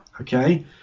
okay